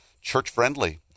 church-friendly